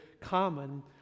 common